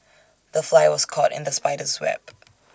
the fly was caught in the spider's web